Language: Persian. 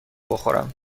بخورم